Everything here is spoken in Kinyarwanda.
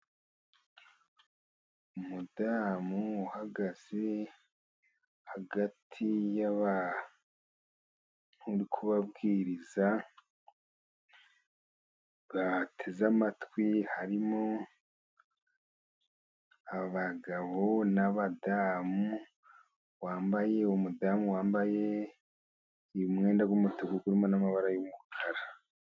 Umudamu uhagaze hagati yabantu ari kubabwiriza, bateze amatwi harimo abagabo n'umudamu wambaye umwenda w'umutuku urimo n'amabara y'umukara.